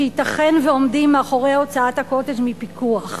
שייתכן ועומדים מאחורי הוצאת ה"קוטג'" מפיקוח.